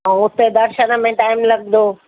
ऐं उते दर्शन में टाइम लगंदो